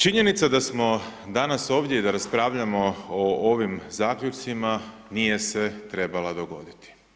Činjenica da smo danas ovdje i da raspravljamo o ovim zaključcima nije se trebala dogoditi.